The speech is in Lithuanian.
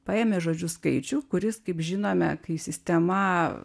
paėmė žodžiu skaičių kuris kaip žinome kai sistema